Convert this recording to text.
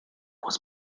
muss